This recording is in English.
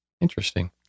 Interesting